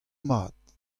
mat